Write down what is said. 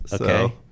Okay